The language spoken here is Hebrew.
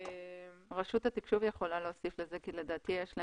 רשות תקשוב יכולה לענות על כך.